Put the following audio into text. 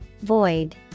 Void